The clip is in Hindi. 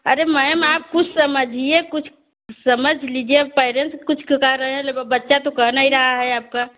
अरे मैम आप कुछ समझिए कुछ समझ लीजिए अब पैरेंट्स कुछ कहे रहे हैं बच्चा तो कह नहीं रहा है आपका